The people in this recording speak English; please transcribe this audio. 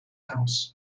house